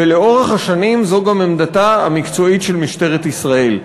ולאורך השנים זו גם עמדתה המקצועית של משטרת ישראל.